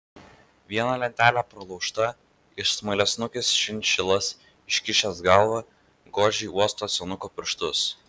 viena lentele pralaužta ir smailiasnukis šinšilas iškišęs galvą godžiai uosto senuko pirštus